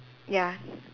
ya